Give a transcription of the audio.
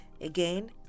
Again